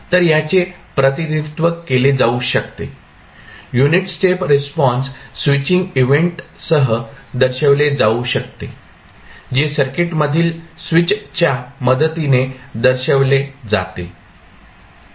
तर हयाचे प्रतिनिधित्व केले जाऊ शकते युनिट स्टेप रिस्पॉन्स स्विचिंग इव्हेंटसह दर्शवले जाऊ शकते जे सर्किट मधील स्विचच्या मदतीने दर्शवले जाते